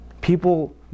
People